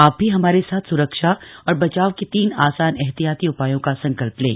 आप भी हमारे साथ सुरक्षा और बचाव के तीन आसान एहतियाती उपायों का संकल्प लें